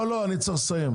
לא, אני צריך לסיים.